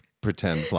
pretend